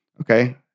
okay